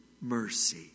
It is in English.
mercy